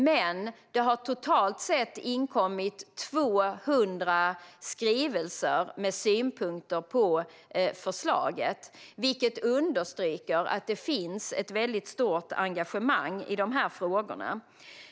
Totalt sett har det inkommit 200 skrivelser med synpunkter på förslaget, vilket understryker att det finns ett stort engagemang i dessa frågor.